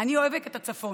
אני אוהבת את הצפון,